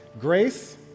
Grace